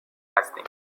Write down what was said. هستیم